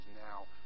now